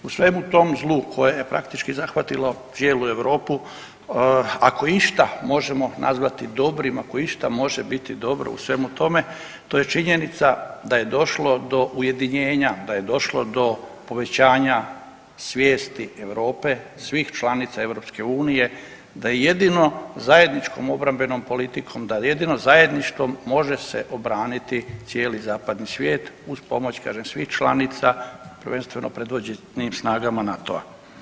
U svemu tom zlu koje je praktički zahvatilo cijelu Europu ako išta možemo nazvati dobrim, ako išta može biti dobro u svemu tome, to je činjenica da je došlo ujedinjenja, da je došlo do povećanja svijesti Europe svih članica EU da jedino zajedničkom obrambenom politikom, da jedino zajedništvom može se obraniti cijeli zapadni svijet uz pomoć kažem svih članica, prvenstveno predvođenim snagama NATO-a.